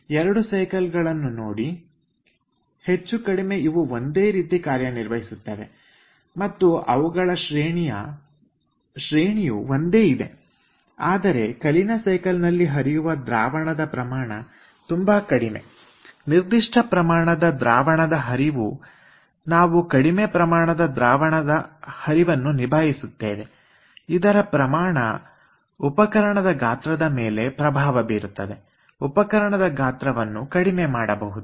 2 cycle ಗಳನ್ನು ನೋಡಿ ಹೆಚ್ಚುಕಡಿಮೆ ಇವು ಒಂದೇ ರೀತಿ ಕಾರ್ಯನಿರ್ವಹಿಸುತ್ತವೆ ಮತ್ತು ಅವುಗಳ ಶ್ರೇಣಿಯ ಒಂದೇ ಇದೆ ಆದರೆ ಕಲೀನಾ ಸೈಕಲ್ ನಲ್ಲಿ ಹರಿಯುವ ದ್ರಾವಣದ ಪ್ರಮಾಣ ತುಂಬಾ ಕಡಿಮೆನಾವು ನಿರ್ದಿಷ್ಟ ಪ್ರಮಾಣದ ದ್ರಾವಣದ ಹರಿವು ಕಡಿಮೆ ಪ್ರಮಾಣದ ದ್ರಾವಣದ ಹರಿವನ್ನು ನಿಭಾಯಿಸುತ್ತೇವೆ ಇದರ ಪ್ರಮಾಣ ಉಪಕರಣದ ಗಾತ್ರದ ಮೇಲೆ ಪ್ರಭಾವ ಬೀರುತ್ತದೆ ಉಪಕರಣದ ಗಾತ್ರವನ್ನು ಇದರ ಆಧಾರದಿಂದ ಕಡಿಮೆ ಮಾಡಬಹುದು